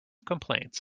complaints